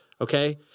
Okay